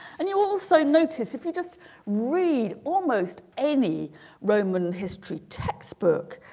and you also notice if you just read almost any roman history textbook